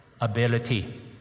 ability